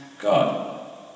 God